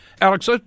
Alex